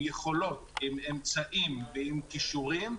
עם יכולות ועם אמצעים ועם כישורים,